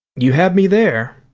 you have me there.